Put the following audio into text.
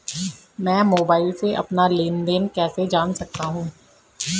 मैं मोबाइल से अपना लेन लेन देन कैसे जान सकता हूँ?